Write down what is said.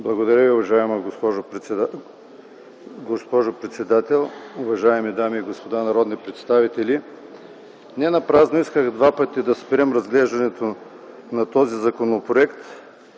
ТАКОРОВ (КБ): Уважаема госпожо председател, уважаеми дами и господа народни представители! Ненапразно два пъти исках да спрем разглеждането на този законопроект.